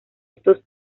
estos